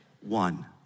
one